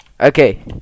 Okay